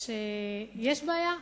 שיש בעיה,